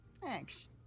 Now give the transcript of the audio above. Thanks